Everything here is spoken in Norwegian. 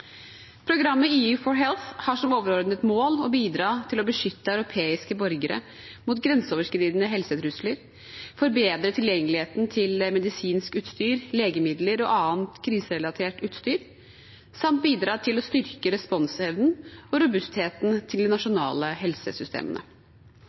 Programmet EU4Health har som overordnet mål å bidra til å beskytte europeiske borgere mot grenseoverskridende helsetrusler, forbedre tilgjengeligheten til medisinsk utstyr, legemidler og annet kriserelatert utstyr samt bidra til å styrke responsevnen og robustheten til de